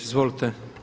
Izvolite.